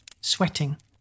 sweating